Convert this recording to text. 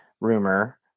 rumor